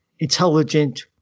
intelligent